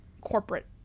corporate